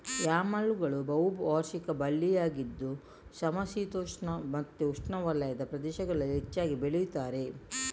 ಯಾಮ್ಗಳು ಬಹು ವಾರ್ಷಿಕ ಬಳ್ಳಿಗಳಾಗಿದ್ದು ಸಮಶೀತೋಷ್ಣ ಮತ್ತೆ ಉಷ್ಣವಲಯದ ಪ್ರದೇಶಗಳಲ್ಲಿ ಹೆಚ್ಚಾಗಿ ಬೆಳೀತಾರೆ